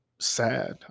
sad